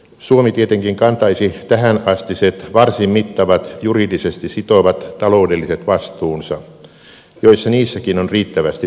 suomi tietenkin kantaisi tähänastiset varsin mittavat juridisesti sitovat taloudelliset vastuunsa joissa niissäkin on riittävästi tekemistä